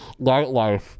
nightlife